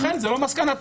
לכן זו לא מסקנתי.